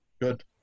good